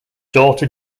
daughter